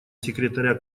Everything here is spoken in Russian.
секретаря